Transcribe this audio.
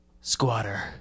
squatter